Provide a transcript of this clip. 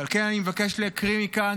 ועל כן אני מבקש להקריא כאן,